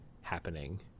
happening